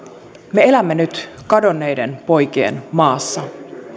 me elämme nyt kadonneiden poikien maassa